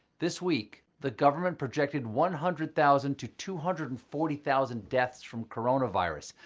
this week, the government projected one hundred thousand to two hundred and forty thousand deaths from coronavirus.